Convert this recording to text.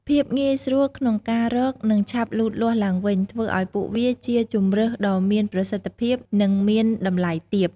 ភាពងាយស្រួលក្នុងការរក និងឆាប់លូតលាស់ឡើងវិញ ធ្វើឱ្យពួកវាជាជម្រើសដ៏មានប្រសិទ្ធភាព និង មានតម្លៃទាប។